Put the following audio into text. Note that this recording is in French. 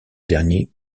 dernier